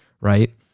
right